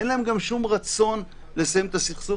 אין להם גם שום רצון לסיים את הסכסוך